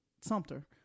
sumter